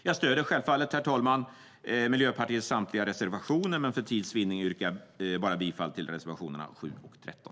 Jag stödjer självfallet, herr talman, Miljöpartiets samtliga reservationer, men för tids vinnande yrkar jag bifall bara till reservationerna 7 och 13.